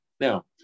Now